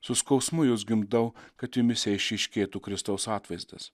su skausmu jus gimdau kad jumyse išryškėtų kristaus atvaizdas